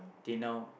till now